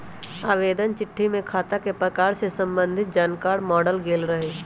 आवेदन चिट्ठी में खता के प्रकार से संबंधित जानकार माङल गेल रहइ